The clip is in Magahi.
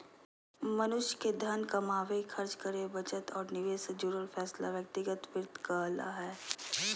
मनुष्य के धन कमावे, खर्च करे, बचत और निवेश से जुड़ल फैसला व्यक्तिगत वित्त कहला हय